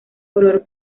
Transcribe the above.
color